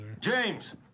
James